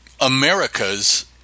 America's